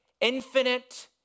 infinite